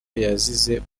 yaziye